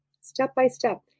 Step-by-step